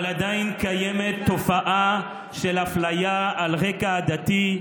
אבל עדיין קיימת תופעה של אפליה על רקע עדתי,